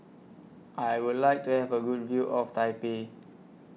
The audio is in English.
I Would like to Have A Good View of Taipei